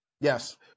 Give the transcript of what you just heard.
Yes